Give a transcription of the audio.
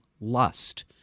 lust